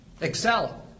Excel